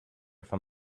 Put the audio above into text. from